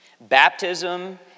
Baptism